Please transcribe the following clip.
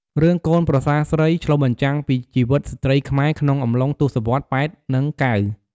រឿងកូនប្រសាស្រី ឆ្លុះបញ្ចាំងពីជីវិតស្រ្តីខ្មែរ ក្នុងអំឡុងទស្សវត្សរ៍ ៨០ និង៩០។